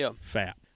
fat